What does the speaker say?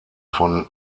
von